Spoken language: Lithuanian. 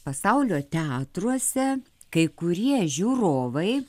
pasaulio teatruose kai kurie žiūrovai